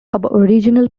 aboriginal